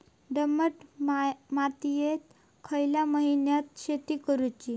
दमट मातयेत खयल्या महिन्यात शेती करुची?